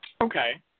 okay